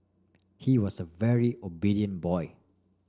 he was a very obedient boy